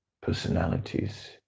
personalities